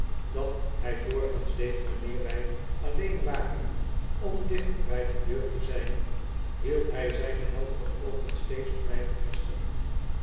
dat hij doorgaans deed wanneer wy alleen waren om dichter by de deur te zyn hield hy zyne heldere oogen steeds op mij gevestigd